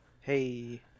Hey